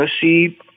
see